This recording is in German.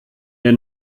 der